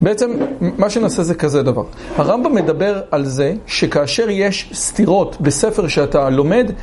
בעצם מה שנעשה זה כזה דבר, הרמב״ם מדבר על זה שכאשר יש סתירות בספר שאתה לומד,